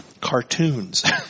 Cartoons